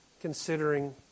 considering